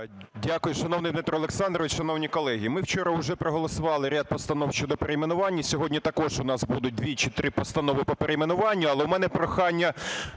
Дякую, шановний Дмитро Олександрович. Шановні колеги, ми вчора вже проголосували ряд постанов щодо перейменування. Сьогодні також у нас будуть дві чи три постанови по перейменуванню.